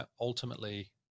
ultimately